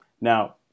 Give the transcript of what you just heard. Now